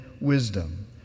wisdom